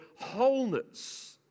wholeness